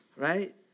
right